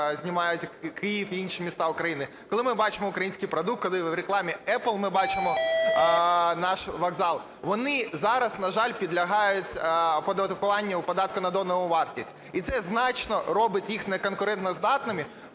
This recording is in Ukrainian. знімають Київ і інші міста України, коли ми бачимо український продукт, коли в рекламі Apple ми бачимо наш вокзал. Вони зараз, на жаль, підлягають оподаткуванню, податку на додану вартість. І це значно робить їх неконкурентоздатними